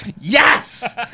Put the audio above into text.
Yes